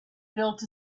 built